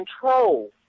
control